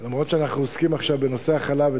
למרות שאנחנו עוסקים עכשיו בנושא החלב,